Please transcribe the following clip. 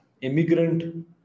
immigrant